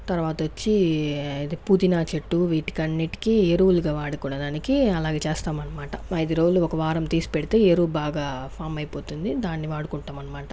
తర్వాత వచ్చి ఇదే పుదీనా చెట్టు వీటికి అన్నిటికి ఎరువులుగా వాడుకునే దానికి అలాగే చేస్తాం అనమాట ఐదు రోజులు ఒక వారం తీసి పెడితే ఎరువు బాగా ఫామ్ అయిపోతుంది దాన్ని వాడుకుంటాం అనమాట